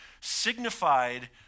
signified